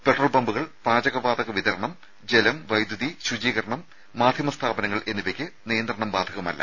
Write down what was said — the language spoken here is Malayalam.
പെട്രോൾ പമ്പുകൾ പാചക വാതക വിതരണം ജലം വൈദ്യുതി ശുചീകരണം മാധ്യമ സ്ഥാപനങ്ങൾ എന്നിവയ്ക്ക് നിയന്ത്രണം ബാധകമല്ല